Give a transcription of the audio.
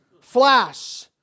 flash